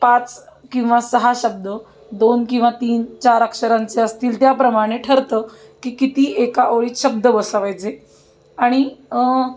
पाच किंवा सहा शब्द दोन किंवा तीन चार अक्षरांचे असतील त्याप्रमाणे ठरतं की किती एका ओळीत शब्द बसावायचे आणि